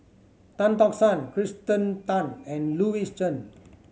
Tan Tock San Kirsten Tan and Louis Chen